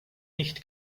nicht